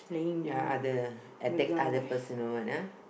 ya other attack other person or what ah